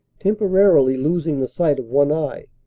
temporarily losing the sight of one eye,